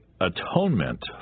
atonement